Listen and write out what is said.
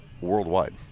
worldwide